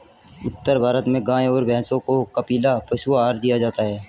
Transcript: उत्तर भारत में गाय और भैंसों को कपिला पशु आहार दिया जाता है